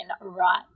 right